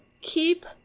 keep